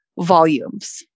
volumes